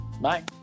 Bye